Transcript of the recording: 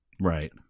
right